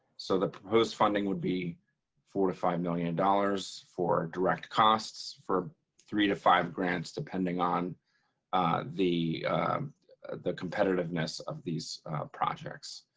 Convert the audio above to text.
so the post-funding would be four to five million dollars for direct costs for three to five grants, depending on the the competitiveness of these projects.